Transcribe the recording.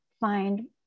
find